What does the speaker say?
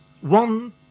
one